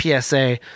PSA